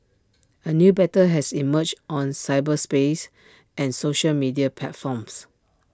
A new battle has emerged on cyberspace and social media platforms